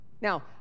Now